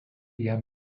jam